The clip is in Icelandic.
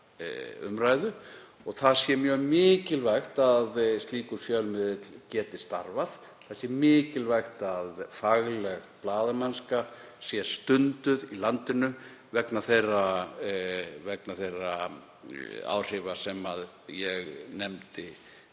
umræðu og það sé mjög mikilvægt að slíkur fjölmiðill geti starfað, að mikilvægt sé að fagleg blaðamennska sé stunduð í landinu vegna þeirra áhrifa sem ég nefndi